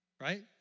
Right